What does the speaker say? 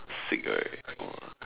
sick right !wah!